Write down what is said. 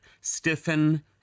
stiffen